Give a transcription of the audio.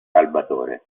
salvatore